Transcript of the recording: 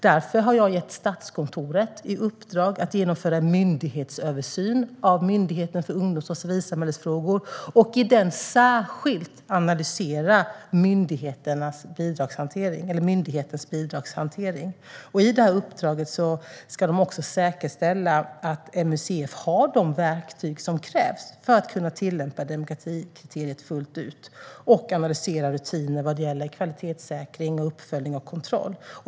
Därför har jag gett Statskontoret i uppdrag att genomföra en myndighetsöversyn av Myndigheten för ungdoms och civilsamhällesfrågor och i den särskilt analysera myndighetens bidragshantering. I det uppdraget ska de också säkerställa att MUCF har de verktyg som krävs för att kunna tillämpa demokratikriteriet fullt ut och analysera rutiner vad gäller kvalitetssäkring, uppföljning och kontroll.